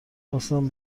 خواستم